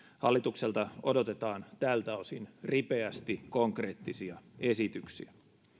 hallitukselta odotetaan tältä osin ripeästi konkreettisia esityksiä